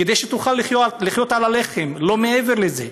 כדי שתוכל לחיות על הלחם, ולא מעבר לזה,